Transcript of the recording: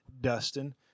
Dustin